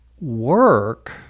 work